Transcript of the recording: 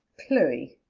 chloe.